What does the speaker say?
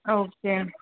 okay